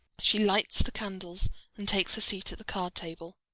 she lights the candles and takes her seat at the card-table.